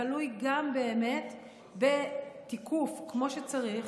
תלוי גם בתיקוף כמו שצריך,